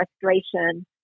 frustration